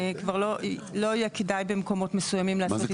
ולא יהיה כדאי במקומות מסוימים לעשות התחדשות עירונית.